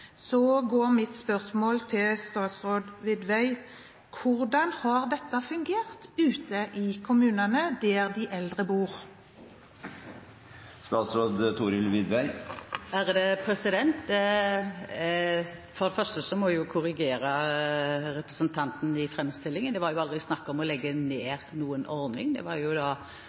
mitt spørsmål til statsråd Widvey: Hvordan har dette fungert ute i kommunene der de eldre bor? For det første må jeg korrigere representantens framstilling. Det var aldri snakk om å legge